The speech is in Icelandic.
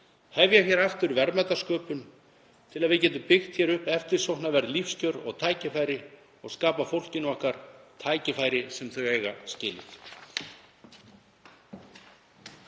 hefja aftur verðmætasköpun til að við getum byggt upp eftirsóknarverð lífskjör og tækifæri og skapa fólkinu okkar tækifæri sem það á skilið.